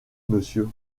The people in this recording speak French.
monsieur